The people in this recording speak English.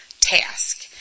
task